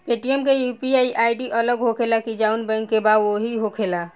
Paytm के UPI ID अलग होखेला की जाऊन बैंक के बा उहे होखेला?